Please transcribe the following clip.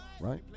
right